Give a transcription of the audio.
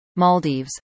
Maldives